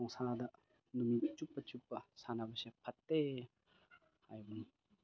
ꯅꯨꯡꯁꯥꯗ ꯅꯨꯃꯤꯠ ꯆꯨꯞꯄ ꯆꯨꯞꯄ ꯁꯥꯟꯅꯕꯁꯦ ꯐꯠꯇꯦ ꯍꯥꯏꯕꯅꯤ